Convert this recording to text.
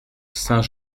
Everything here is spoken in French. saint